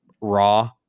raw